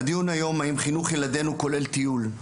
הדיון הוא על אם חינוך ילדנו כולל טיול,